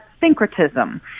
syncretism